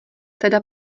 teda